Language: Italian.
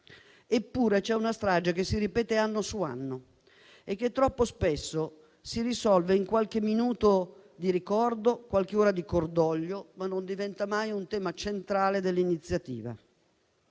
Eppure, c'è una strage che si ripete anno su anno e che troppo spesso si risolve in qualche minuto di ricordo o in qualche ora di cordoglio, ma non diventa mai un tema centrale dell'iniziativa.